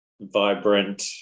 vibrant